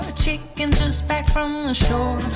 ah chickens just back from the shore.